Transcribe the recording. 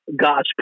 God's